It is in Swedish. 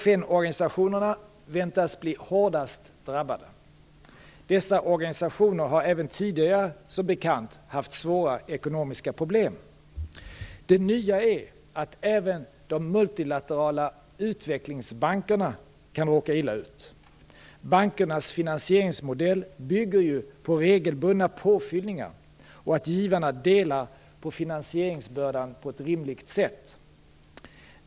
FN-organisationerna väntas bli hårdast drabbade. Dessa organisationer har även tidigare som bekant haft svåra ekonomiska problem. Det nya är att även de multilaterala utvecklingsbankerna kan råka illa ut. Bankernas finansieringsmodell bygger ju på regelbundna påfyllningar och på att givarna delar på finansieringsbördan på ett rimligt sätt.